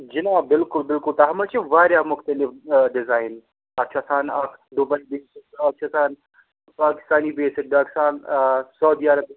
جِناب بِلکُل بِلکُل تَتھ منٛز چھِ واریاہ مُختلِف آ ڈِزایِن تتھ چھِ آسان اَکھ دُبَے بیٚسٕڈ بیٛاکھ چھُ آسان پاکِستانی بیٚسٕڈ بیٛاکھ چھُ آسان سعودی عرب